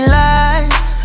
lies